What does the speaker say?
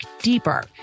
deeper